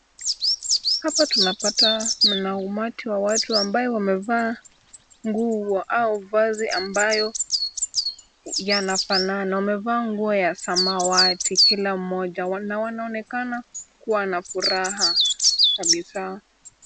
Hapa tunapata mna umati wa watu ambaye wamevaa nguo au mavazi ambayo yanafanana. Wamevaa nguo ya samawati kila mmoja. Wanaonekana kuwa na furaha kabisa.